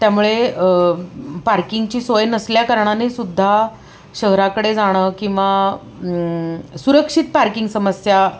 त्यामुळे पार्किंगची सोय नसल्याकारणाने सुद्धा शहराकडे जाणं किंवा सुरक्षित पार्किंग समस्या